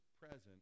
present